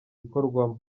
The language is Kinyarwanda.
bikorwamo